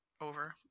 over